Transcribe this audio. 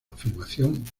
afirmación